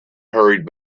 hurried